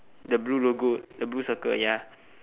the blue logo the blue circle ya